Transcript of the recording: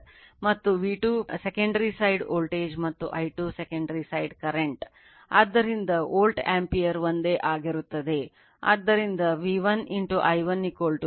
ಆದ್ದರಿಂದ V1 V2 ಈಗ N1 N2 I2 I1 N1 N2 K ಆಗಿದೆ